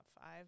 five